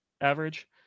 average